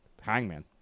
Hangman